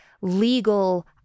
legal